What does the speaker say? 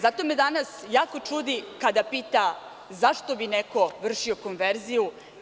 Zato me danas jako čudi kada pita – zašto bi neko vršio konverziju?